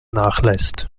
nachlässt